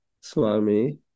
Swami